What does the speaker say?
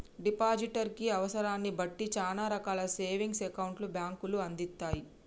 depositor కి అవసరాన్ని బట్టి చానా రకాల సేవింగ్స్ అకౌంట్లను బ్యేంకులు అందిత్తయ్